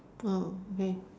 oh okay